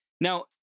Now